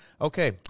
Okay